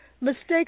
mistakes